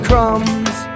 Crumbs